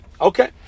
Okay